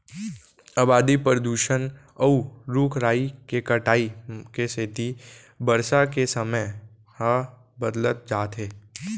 अबादी, परदूसन, अउ रूख राई के कटाई के सेती बरसा के समे ह बदलत जात हे